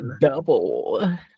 double